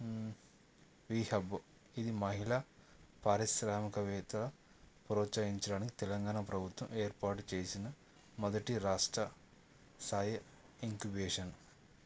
we hub ఇది మహిళ పారిశ్రామికవేత్తల ప్రోత్సహించడానికి తెలంగాణ ప్రభుత్వం ఏర్పాటు చేసిన మొదటి రాష్ట్ర స్థాయి ఇంకుబేషన్